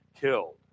killed